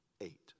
Eight